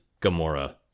Gamora